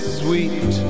sweet